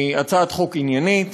הצעת חוק עניינית,